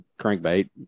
crankbait